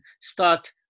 start